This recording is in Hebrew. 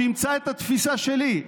שאימצה את התפיסה שלי,